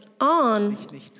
on